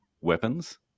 weapons